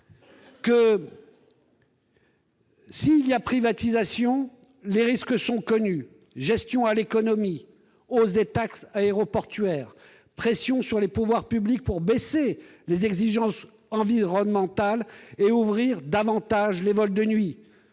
risques d'une privatisation sont connus : gestion à l'économie, hausse des taxes aéroportuaires, pression sur les pouvoirs publics pour réduire les exigences environnementales et autoriser davantage de vols de nuit.